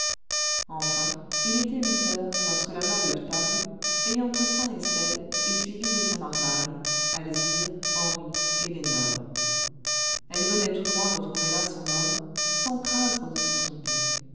enfin il était huit heures lorsque la maheude parut ayant au sein estelle et suivie de sa marmaille alzire henri et lénore elle venait tout droit retrouver là son homme sans craindre de se tromper